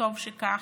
וטוב שכך,